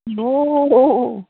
औ औ